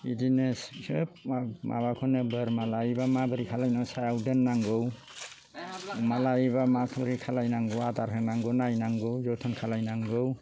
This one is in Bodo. इदिनो सोब मबाखौनो बोरमा लायोब्ला माबोरै खालामनांगौ सायाव दोननांगौ मा लायोब्ला माबोरै खालायनांगौ आदार होनांगौ नायनांगौ जोथोन खालायनांगौ